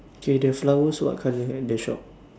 okay the flowers what colour at the shop